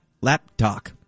laptop